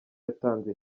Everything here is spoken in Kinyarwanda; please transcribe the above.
yatanze